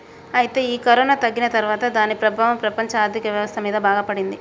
అయితే ఈ కరోనా తగ్గిన తర్వాత దాని ప్రభావం ప్రపంచ ఆర్థిక వ్యవస్థ మీద బాగా పడింది